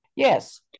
Yes